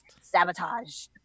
Sabotage